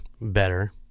better